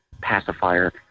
pacifier